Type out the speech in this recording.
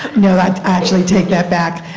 i actually take that back.